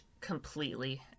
completely